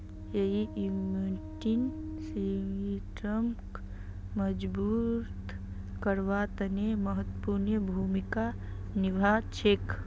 यई इम्यूनिटी सिस्टमक मजबूत करवार तने महत्वपूर्ण भूमिका निभा छेक